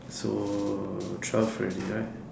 so twelve already right